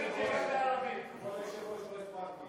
הכנסת (תיקון מס' 8) (עדכוני חדשות),